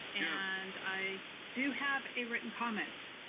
and i do have a written comment.